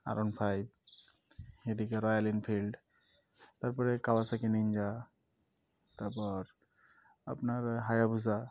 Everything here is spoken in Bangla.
আর ওয়ান ফাইভ এদিকে রয়্যাল এনফিল্ড তারপরে কাওয়াসাকি নিঞ্জা তারপর আপনার হায়াভুসা